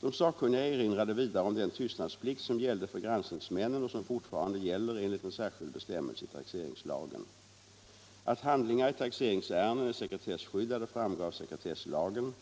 De sakkunniga erinrade vidare om den tystnadsplikt som gällde för granskningsmännen och som fortfarande gäller enligt en särskild bestämmelse i taxeringslagen. Att handlingar i taxeringsärenden är sekretesskyddade framgår av sekretesslagen.